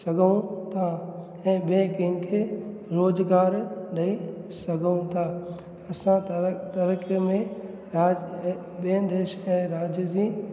सघूं था ऐं ॿिए कंहिंखे रोज़गार ॾई सघूं था असां तरह तरह के में राज ऐं ॿियनि देश खे राज जी